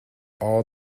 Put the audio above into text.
all